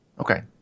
Okay